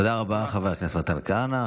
תודה רבה לחבר הכנסת מתן כהנא.